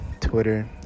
Twitter